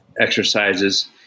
exercises